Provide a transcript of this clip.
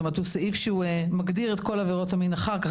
הוא סעיף שהוא מגדיר את כל עבירות המין אחר כך.